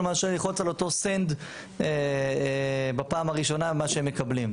מאשר ללחוץ על אותו send בפעם הראשונה מה שהם מקבלים.